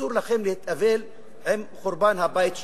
אסור לכם להתאבל על חורבן הבית שלכם.